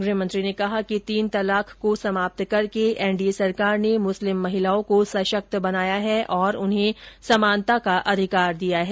गृहमंत्री ने कहा कि तीन तलाक को समाप्त करके एनडीए सरकार ने मुस्लिम महिलाओं को संशक्त बनाया है और उन्हें समानता का अधिकार दिया है